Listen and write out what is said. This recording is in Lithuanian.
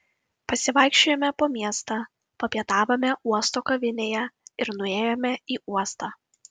pasivaikščiojome po miestą papietavome uosto kavinėje ir nuėjome į uostą